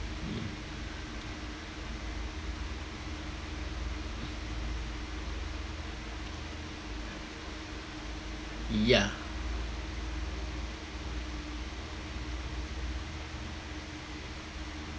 ya